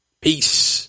Peace